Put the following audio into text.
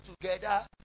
together